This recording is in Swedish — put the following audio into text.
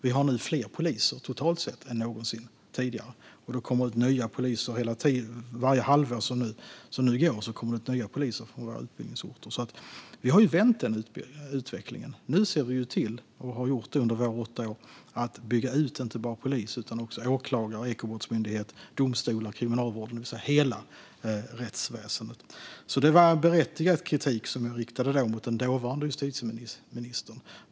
Vi har nu fler poliser totalt sett än någonsin tidigare, och det kommer hela tiden, varje halvår, ut nya poliser från våra utbildningsorter. Vi har alltså vänt den utvecklingen. Nu ser vi till - och det har vi gjort under våra åtta år - att bygga ut inte bara polis utan också åklagare, ekobrottsmyndighet, domstolar och kriminalvård, det vill säga hela rättsväsendet. Det var alltså berättigad kritik som jag riktade mot den dåvarande justitieministern.